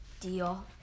deal